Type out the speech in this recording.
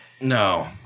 No